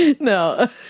No